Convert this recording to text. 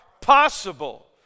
possible